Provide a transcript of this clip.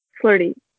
Flirty